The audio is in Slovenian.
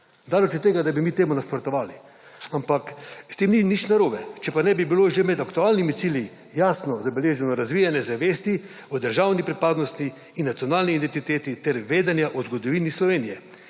Daleč od tega, da bi mi temu nasprotovali, ampak s tem ni nič narobe. Če pa ne bi bilo že med aktualnimi cilji jasno zabeleženo razvijanje zavesti o državni pripadnosti in nacionalni identiteti ter vedenja o zgodovini Slovenije